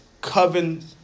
coven